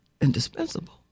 indispensable